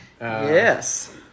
yes